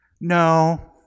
No